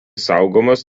saugomas